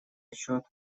отчет